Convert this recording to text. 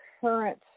current